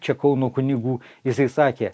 čia kauno kunigų jisai sakė